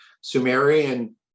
Sumerian